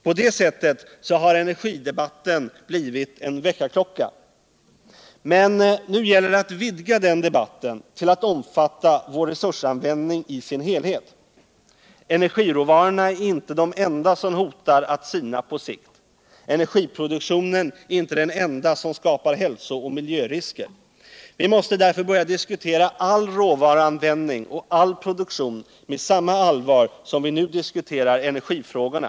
På det sättet hur energidebatten blivit en väckarklocka, men nu gäller det att vidga den debatten till att omfatta vår resursanvändning i dess helhet. Energiråvarorna är inte de enda som hotar att sina på sikt. Energiproduktionen är inte den enda som skapar hälso och miljörisker. Vi måste därför börja diskutera all råvaruan vändning och all produktion med samma allvar som vi nu diskuterar energifrågorna.